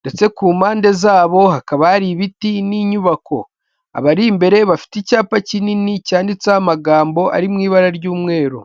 ndetse ku mpande zabo hakaba hari ibiti n'inyubako, abari imbere bafite icyapa kinini cyanditseho amagambo ari mu ibara ry'umweru.